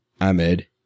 Ahmed